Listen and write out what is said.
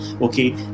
okay